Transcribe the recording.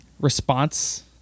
response